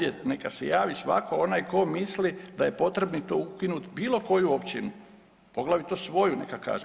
Neka se javi svatko onaj tko misli da je potrebito ukinuti bilo koju općinu, poglavito svoju neka kaže.